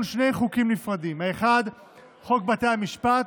שני חוקים נפרדים: 1. חוק בתי המשפט,